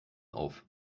auf